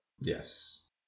yes